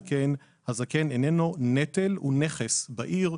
הזקן איננו נטל אלא נכס עבור העיר.